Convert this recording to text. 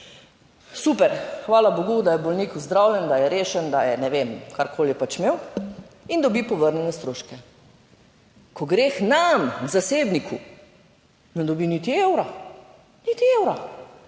Super, hvala bogu, da je bolnik ozdravljen, da je rešen, da je, ne vem, karkoli je pač imel in dobi povrnjene stroške. Ko gre k nam k zasebniku, ne dobi niti evra, niti evra,